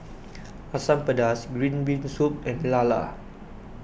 Asam Pedas Green Bean Soup and Lala